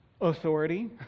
authority